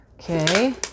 okay